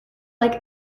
like